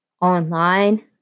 online